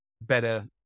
better